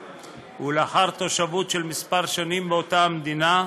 ולאחר תושבות של כמה שנים באותה המדינה,